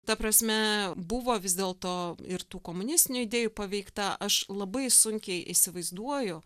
ta prasme buvo vis dėl to ir tų komunistinių idėjų paveikta aš labai sunkiai įsivaizduoju